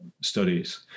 studies